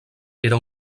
era